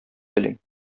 телим